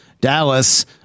Dallas